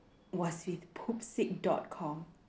was with Pupsik dot com